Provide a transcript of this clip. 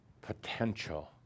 potential